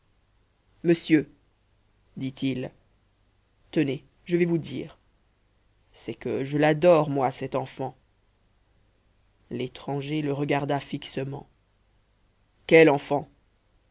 monsieur dit-il tenez je vais vous dire c'est que je l'adore moi cette enfant l'étranger le regarda fixement quelle enfant